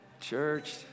church